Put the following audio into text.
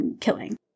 killing